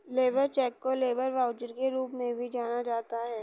labour cheque को labour voucher के रूप में भी जाना जाता है